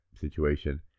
situation